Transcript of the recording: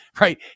right